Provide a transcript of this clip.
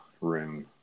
room